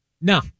No